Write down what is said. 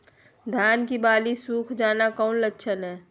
धान की बाली सुख जाना कौन लक्षण हैं?